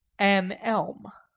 an elm.